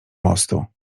mostu